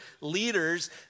leaders